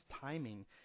timing